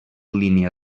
línia